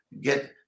get